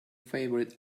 favourite